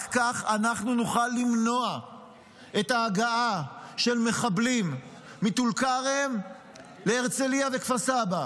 רק כך אנחנו נוכל למנוע את ההגעה של מחבלים מטול כרם להרצליה ולכפר סבא,